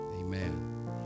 Amen